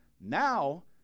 Now